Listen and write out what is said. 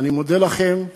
אני מודה לכם.